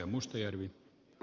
arvoisa puhemies